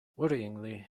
worryingly